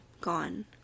gone